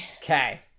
Okay